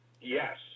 Yes